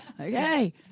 Okay